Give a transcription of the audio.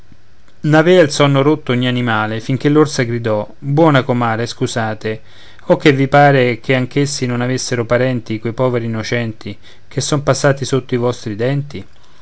n'aveva il sonno rotto ogni animale finché l'orsa gridò buona comare scusate o che vi pare che anch'essi non avessero parenti quei poveri innocenti che son passati sotto i vostri denti